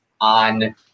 on